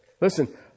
Listen